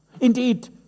Indeed